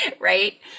right